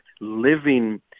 living